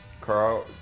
Carl